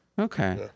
Okay